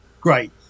great